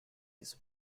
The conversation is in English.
his